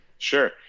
sure